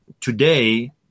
today